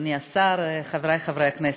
אדוני השר, חבריי חברי הכנסת,